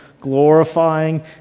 glorifying